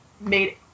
made